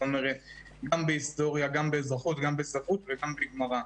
גם בהיסטוריה, גם באזרחות, גם בספרות, וגם בגמרא.